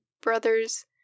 brother's